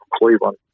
Cleveland